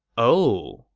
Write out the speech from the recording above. oh,